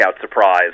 surprise